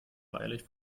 feierlich